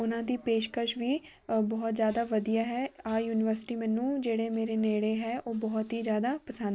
ਉਹਨਾਂ ਦੀ ਪੇਸ਼ਕਸ਼ ਵੀ ਬਹੁਤ ਜ਼ਿਆਦਾ ਵਧੀਆ ਹੈ ਆਹ ਯੂਨੀਵਰਸਿਟੀ ਮੈਨੂੰ ਜਿਹੜੇ ਮੇਰੇ ਨੇੜੇ ਹੈ ਉਹ ਬਹੁਤ ਹੀ ਜ਼ਿਆਦਾ ਪਸੰ